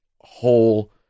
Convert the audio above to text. whole